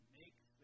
makes